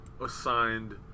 assigned